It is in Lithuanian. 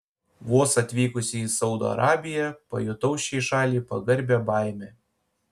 vos atvykusi į saudo arabiją pajutau šiai šaliai pagarbią baimę